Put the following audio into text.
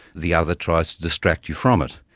the other tries to distract you from it.